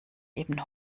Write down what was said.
eben